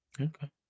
Okay